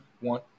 one